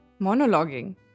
Monologuing